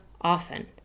often